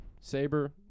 saber